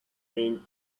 faint